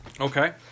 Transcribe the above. Okay